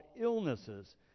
illnesses